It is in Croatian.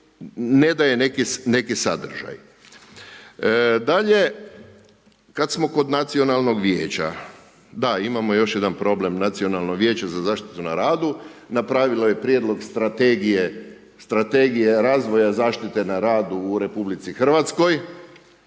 ne daje neki sadržaj. Dalje, kad smo kod Nacionalnog vijeća. Da imamo još jedan problem Nacionalno vijeće za zaštitu na radu, napravilo je prijedlog strategije razvoja zaštite na radu u Republici Hrvatskoj,